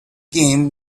game